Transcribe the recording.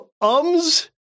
ums